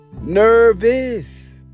nervous